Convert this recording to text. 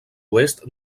oest